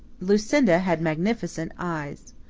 lucinda had magnificent eyes.